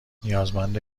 نیازمند